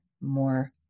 more